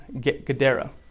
gadara